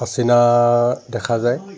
আচিনা দেখা যায়